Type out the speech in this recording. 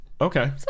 Okay